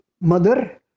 mother